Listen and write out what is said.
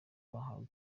bahawe